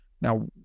Now